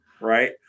Right